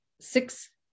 six